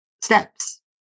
steps